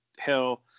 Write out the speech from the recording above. Hill